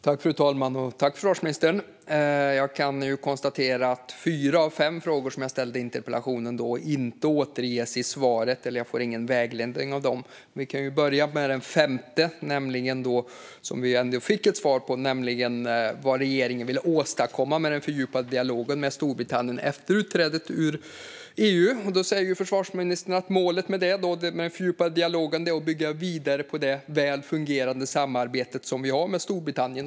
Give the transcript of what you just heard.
Fru talman! Jag tackar försvarsministern för svaret. Jag kan konstatera att när det gäller fyra av fem frågor som jag ställde i interpellationen fick jag ingen vägledning i svaret. Den femte frågan, om vad regeringen vill åstadkomma med den fördjupade dialogen med Storbritannien efter utträdet ur EU, fick jag ändå ett svar på. Försvarsministern säger att målet med den fördjupade dialogen är att bygga vidare på det väl fungerande samarbetet som vi har med Storbritannien.